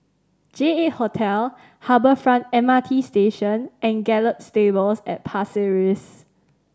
J Eight Hotel Harbour Front M R T Station and Gallop Stables at Pasir Ris